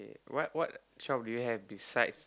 what what shop did you have besides